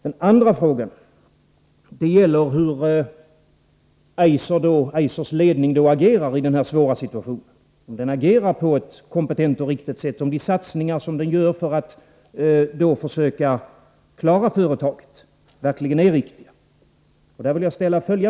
Den andra frågan gäller hur Eisers ledning agerar i denna svåra situation: om den agerar på ett kompetent och riktigt sätt, om de satsningar den gör för att försöka klara företaget verkligen är riktiga.